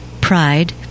pride